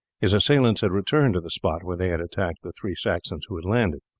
its assailants had returned to the spot where they had attacked the three saxons who had landed.